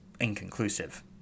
inconclusive